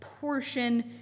portion